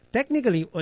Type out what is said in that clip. Technically